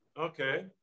okay